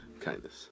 Kindness